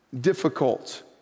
difficult